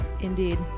indeed